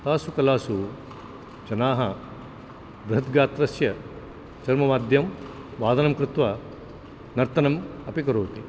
तासु कलासु जनाः बृहद्गात्रस्य चर्मवाद्यं वादनं कृत्वा नर्तनम् अपि करोति